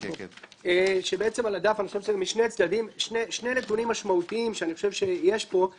על הדף משני הצדדים יש שני נתונים משמעותיים, גם